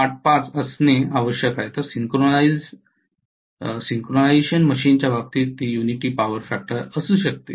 ८५ असणे आवश्यक आहे तर सिंक्रोनायझेशन मशीनच्या बाबतीत ते युनिटी पॉवर फॅक्टर असू शकते